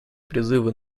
призывы